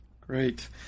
Great